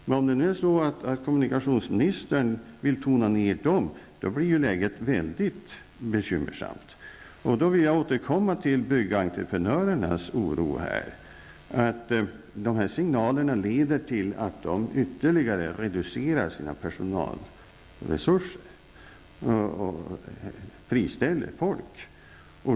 Men om kommunikationsministern vill tona ned dem blir läget väldigt bekymmersamt. Jag vill då återkomma till byggentreprenörernas oro. De här signalerna leder till att de ytterligare reducerar sina personalresurser och friställer folk.